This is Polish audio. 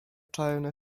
czarne